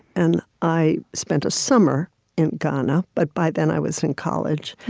and i spent a summer in ghana, but by then i was in college.